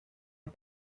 est